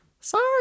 Sorry